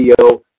video